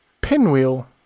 Pinwheel